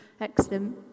Excellent